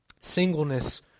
singleness